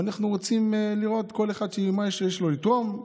אנחנו רוצים לראות כל אחד מה שיש לו לתרום,